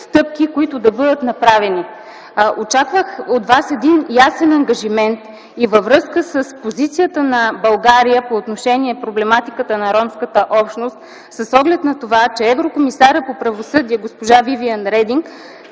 които да бъдат направени. Очаквах от Вас един ясен ангажимент и във връзка с позицията на България по отношение проблематиката на ромската общност с оглед на това, че еврокомисарят по правосъдие госпожа Вивиан Рединг